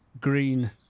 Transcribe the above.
green